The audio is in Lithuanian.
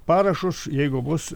parašus jeigu bus